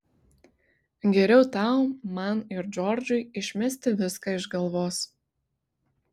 geriau tau man ir džordžui išmesti viską iš galvos